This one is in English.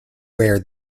where